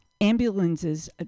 ambulances